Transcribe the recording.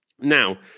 now